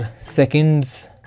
seconds